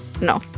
no